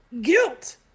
guilt